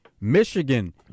Michigan